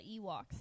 Ewoks